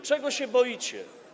Czego się boicie?